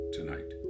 Tonight